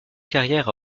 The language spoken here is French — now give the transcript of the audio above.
carrière